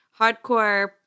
hardcore